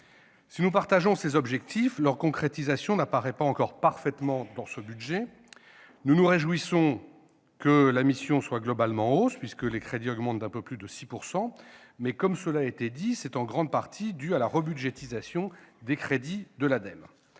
Si nous partageons ces objectifs, leur concrétisation n'apparaît pas encore parfaitement dans ce budget. Certes, nous nous réjouissons que les crédits de la mission soient globalement en hausse, puisqu'ils augmentent d'un peu plus de 6 %, mais cela est dû en grande partie à la rebudgétisation des crédits de l'ADEME.